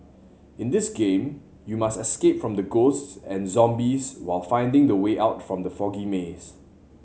in this game you must escape from the ghosts and zombies while finding the way out from the foggy maze